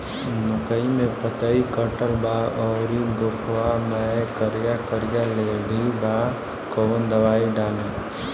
मकई में पतयी कटल बा अउरी गोफवा मैं करिया करिया लेढ़ी बा कवन दवाई डाली?